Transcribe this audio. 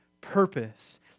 purpose